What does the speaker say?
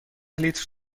لیتر